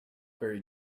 very